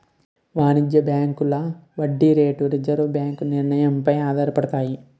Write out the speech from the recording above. వాణిజ్య బ్యాంకుల వడ్డీ రేట్లు రిజర్వు బ్యాంకు నిర్ణయం పై ఆధారపడతాయి